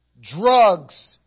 drugs